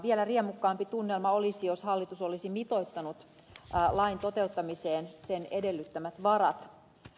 vielä riemukkaampi tunnelma olisi jos hallitus olisi mitoittanut lain toteuttamiseen sen edellyttämät varat